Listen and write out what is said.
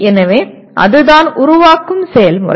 எனவே அதுதான் உருவாக்கும் செயல்முறை